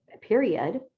period